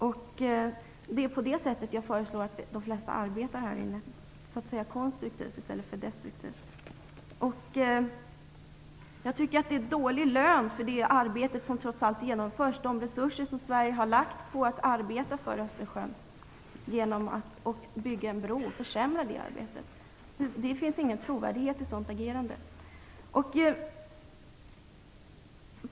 Det är på det sättet jag förslår att de flesta här inne skall arbeta: konstruktivt i stället för destruktivt. Att bygga en bro innebär dålig lön för det arbete som trots allt genomförs och dålig avkastning på de resurser som Sverige har satsat på att arbeta för Östersjön. Ett sådant agerande är inte trovärdigt.